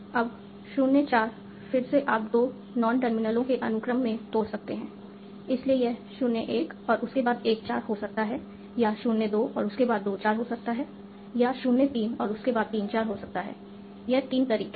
अब 0 4 फिर से आप दो नॉन टर्मिनलों के अनुक्रम में तोड़ सकते हैं इसलिए यह 0 1 और उसके बाद 1 4 हो सकता है या 0 2 और उसके बाद 2 4 हो सकता है या 0 3 और उसके बाद 3 4 हो सकता है यह तीन तरीके हैं